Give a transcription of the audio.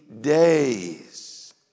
days